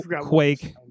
Quake